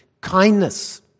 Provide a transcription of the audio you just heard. kindness